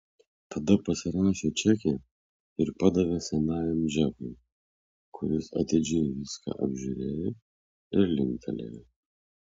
tada pasirašė čekį ir padavė senajam džekui kuris atidžiai viską apžiūrėjo ir linktelėjo